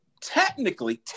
technically